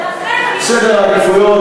לכן אתה, סדר העדיפויות